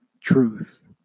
truth